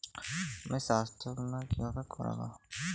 আমি স্বাস্থ্য বিমা কিভাবে করাব?